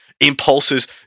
impulses